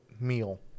meal